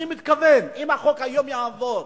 אני מתכוון, אם החוק היום יעבור,